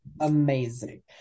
Amazing